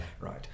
Right